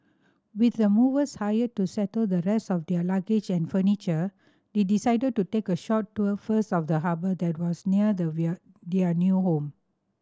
with the movers hired to settle the rest of their luggage and furniture they decided to take a short tour first of the harbour that was near their new home